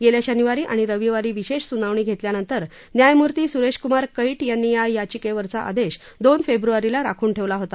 गेल्या शनिवारी आणि रविवारी विशेष सुनावणी घेतल्यानंतर न्यायमूर्ती सुरेश कुमार कैट यांनी या याचिकेवरचा आदेश दोन फेब्रुवारीला राखून ठेवला होता